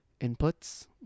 inputs